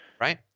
right